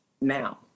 now